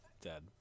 dead